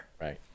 Right